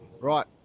right